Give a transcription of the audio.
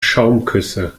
schaumküsse